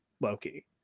loki